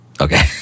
Okay